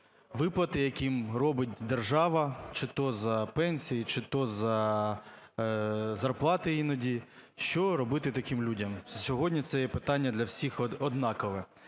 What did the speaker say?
виплати, які робить держава чи то за пенсії, чи то за зарплати іноді? Що робити таким людям? Сьогодні це є питання для всіх однакове.